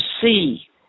see